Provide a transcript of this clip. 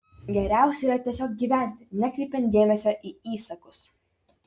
geriausia yra tiesiog gyventi nekreipiant dėmesio į įsakus